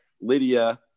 Lydia